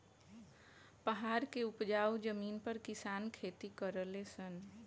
पहाड़ के उपजाऊ जमीन पर किसान खेती करले सन